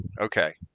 Okay